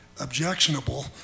objectionable